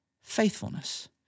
faithfulness